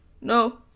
no